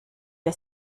wir